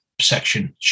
section